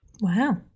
Wow